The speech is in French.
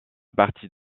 partie